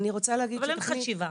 אבל אין חשיבה.